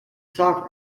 sovereign